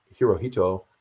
Hirohito